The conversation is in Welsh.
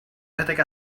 rhedeg